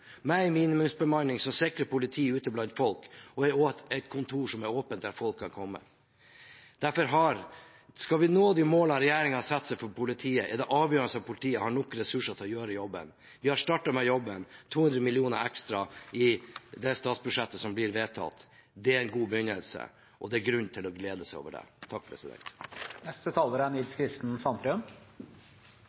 minimumsbemanning som sikrer politi ute blant folk, og også et kontor som er åpent, der folk kan komme. Skal vi nå de målene regjeringen har satt seg for politiet, er det avgjørende at politiet har nok ressurser til å gjøre jobben. Vi har startet med jobben – 200 mill. kr ekstra i det statsbudsjettet som blir vedtatt. Det er en god begynnelse, og det er grunn til å glede seg over det.